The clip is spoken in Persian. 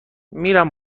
میرم